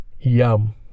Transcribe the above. Yum